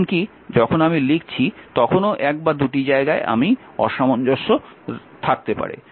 এমনকি যখন আমি লিখছি তখনও এক বা দুটি জায়গায় আমি অসামঞ্জস্য থাকতে পারে